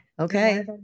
Okay